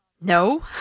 No